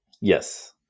Yes